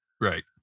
Right